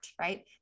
right